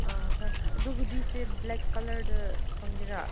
ꯑꯥ ꯍꯣꯏ ꯑꯗꯨ ꯍꯨꯗꯤꯁꯦ ꯕ꯭ꯂꯦꯛ ꯀꯂꯔꯗ ꯐꯪꯒꯦꯔꯥ